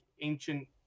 ancient